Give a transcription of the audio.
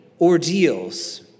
ordeals